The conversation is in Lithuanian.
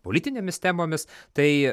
politinėmis temomis tai